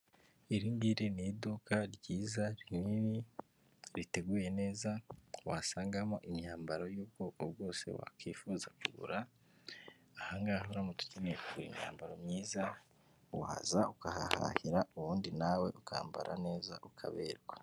Iri ngiri ni iduka ryiza rinini riteguye neza wasangamo imyambaro y'ubwoko bwose wakwifuza kugura. Aha ngaha uramutse ukeneye kugura imyambaro myiza waza ukahahahira ubundi nawe ukambara neza ukaberwa.